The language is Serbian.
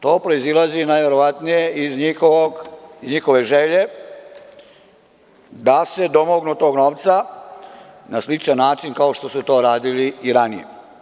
To proizilazi najverovatnije iz njihove želje da se domognu tog novca na sličan način kao što su to radili i ranije.